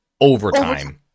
overtime